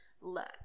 look